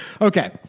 Okay